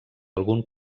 algun